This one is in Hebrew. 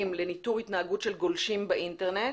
לניטור התנהגות של גולשים באינטרנט